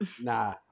Nah